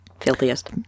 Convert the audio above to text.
Filthiest